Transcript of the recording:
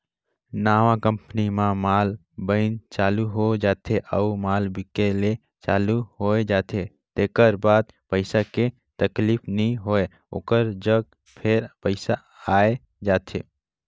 नवा कंपनी म माल बइन चालू हो जाथे अउ माल बिके ले चालू होए जाथे तेकर बाद पइसा के तकलीफ नी होय ओकर जग फेर पइसा आए जाथे